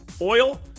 oil